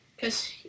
Cause